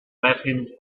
latin